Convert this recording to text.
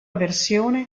versione